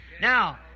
Now